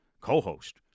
Co-host